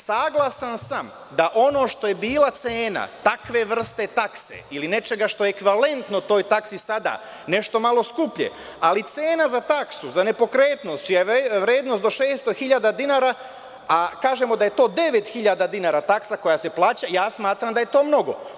Saglasan sam da ono što je bila cena takve vrste takse ili nečega što je ekvivalentno toj taksi sada, nešto malo skuplje, ali cena za taksu, za nepokretnost čija je vrednost do 600 hiljada dinara a kažemo da je taksa devet hiljada dinara koja se plaća, ja smatram da je to mnogo.